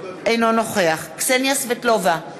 אינו נוכח קסניה סבטלובה,